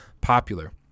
popular